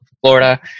Florida